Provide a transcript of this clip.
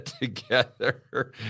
together